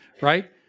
Right